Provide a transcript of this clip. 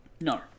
No